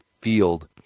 Field